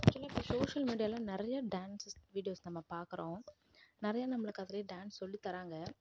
ஆக்சுவலாக இப்போ சோஷியல் மீடியாவில் நிறையா டான்ஸஸ் வீடியோஸ் நம்ப பார்க்கறோம் நிறைய நம்பளுக்கு அதில் டான்ஸ் சொல்லி தராங்க